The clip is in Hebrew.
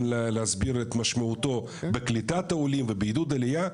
להסביר את משמעותו בקליטת העולים ובעידוד עלייה,